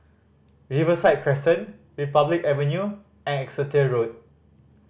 Riverside Crescent Republic Avenue and Exeter Road